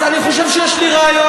אז אני חושב שיש לי רעיון,